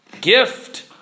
gift